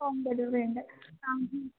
home ഡെലിവറിയുണ്ട് ആ ഉം